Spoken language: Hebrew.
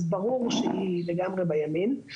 אז ברור שהיא לגמרי בימין.